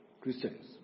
Christians